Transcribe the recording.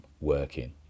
working